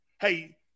Hey